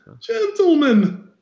Gentlemen